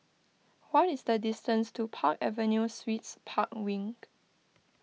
what is the distance to Park Avenue Suites Park Wing